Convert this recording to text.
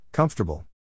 Comfortable